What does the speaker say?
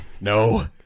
No